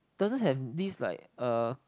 doesn't have this like uh